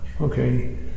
Okay